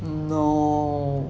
no